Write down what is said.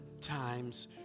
times